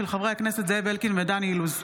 של חברי הכנסת זאב אלקין ודן אילוז,